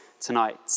tonight